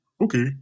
Okay